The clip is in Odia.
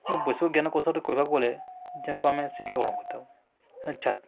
ବୈଷୟିକ ଜ୍ଞାନକୌଶଳରେ କହିବାକୁ ଗଲେ ଯାହାକୁ ଆମେ ଶିକ୍ଷା ଗ୍ରହଣ କହିଥାଉ